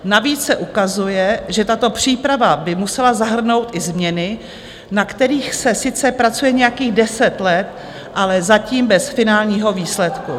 Navíc se ukazuje, že tato příprava by musela zahrnout i změny, na kterých se sice pracuje nějakých deset let, ale zatím bez finálního výsledku.